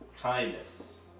kindness